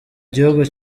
gihugu